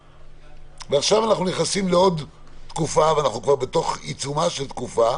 עכשיו אנחנו נכנסים לעוד תקופה ואנחנו כבר בעיצומה של תקופה,